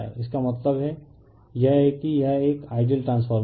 इसका मतलब यह है कि यह एक आइडियल ट्रांसफार्मर है